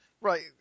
Right